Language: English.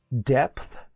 depth